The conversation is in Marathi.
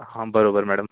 हा बरोबर मॅडम